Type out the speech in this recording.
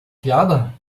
piada